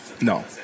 No